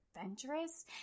adventurous